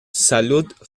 salud